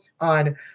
on